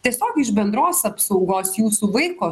tiesiog iš bendros apsaugos jūsų vaiko